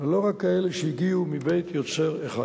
ולא רק כאלה שהגיעו מבית-יוצר אחד.